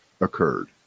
occurred